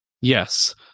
Yes